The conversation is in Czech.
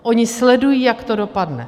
Oni sledují, jak to dopadne.